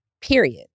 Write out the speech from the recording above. Period